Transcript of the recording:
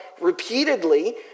repeatedly